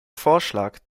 vorschlag